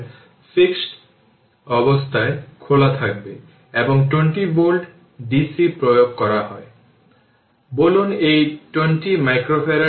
সুতরাং আমরা i L খুঁজে পেয়েছি কিন্তু কারেন্ট ডিভিশন বাকি আছে